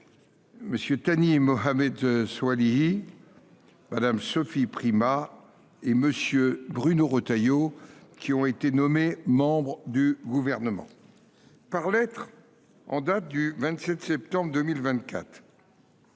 M. Thani Mohamed Soilihi, Mme Sophie Primas et M. Bruno Retailleau, qui ont été nommés membres du Gouvernement. Par lettre en date du 27 septembre 2024,